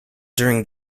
during